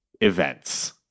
events